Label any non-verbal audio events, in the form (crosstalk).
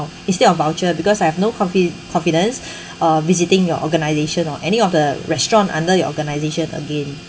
instead of voucher because I have no confi~ confidence (breath) uh visiting your organisation or any of the restaurant under your organisation again